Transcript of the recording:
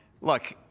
look